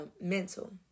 mental